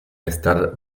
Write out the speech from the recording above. estar